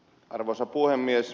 arvoisa puhemies